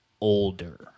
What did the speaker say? older